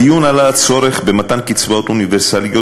בדיון עלה הצורך במתן קצבאות אוניברסליות